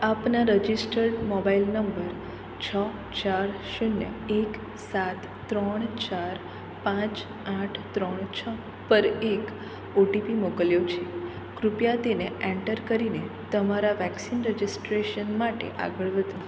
આપના registered mobile number છ ચાર શૂન્ય એક સાત ત્રણ ચાર પાંચ આઠ ત્રણ છ પર એક ઓટીપી મોકલ્યો છે કૃપયા તેને એન્ટર કરીને તમારા વેક્સિન રજિસ્ટ્રેશન માટે આગળ વધો